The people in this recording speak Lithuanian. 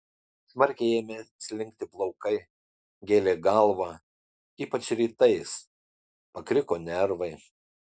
smarkiai ėmė slinkti plaukai gėlė galvą ypač rytais pakriko nervai